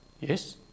Yes